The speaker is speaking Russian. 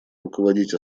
руководить